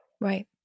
Right